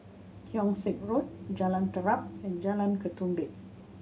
Keong Saik Road Jalan Terap and Jalan Ketumbit